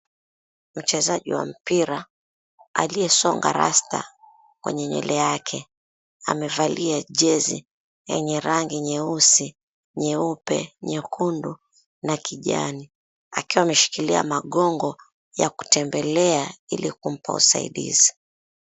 Wachezaji wa mpira aliyesonga rasta kwenye nywele yake amevalia jezi yenye rangi nyeusi, nyeupe, nyekundu na kijani, akiwa ameshikilia magongo ya kutembelea ili kumpa usaidizi.